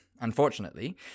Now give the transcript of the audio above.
Unfortunately